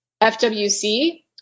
FWC